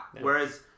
Whereas